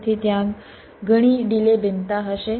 તેથી ત્યાં ઘણી ડિલે ભિન્નતા હશે